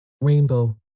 Rainbow